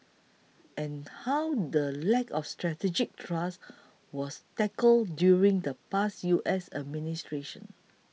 and how the lack of strategic trust was tackled during the past U S administrations